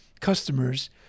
customers